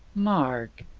mark!